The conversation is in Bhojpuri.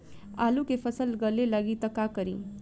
आलू के फ़सल गले लागी त का करी?